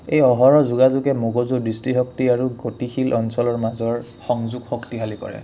এই অহৰহ যোগাযোগে মগজু দৃষ্টিশক্তি আৰু গতিশীল অঞ্চলৰ মাজৰ সংযোগ শক্তিশালী কৰে